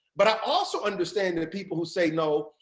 but i also understand that the people who say no,